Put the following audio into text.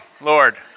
Lord